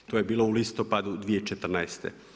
To je bilo u listopadu 2014.